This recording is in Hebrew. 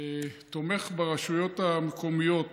תומך ברשויות המקומיות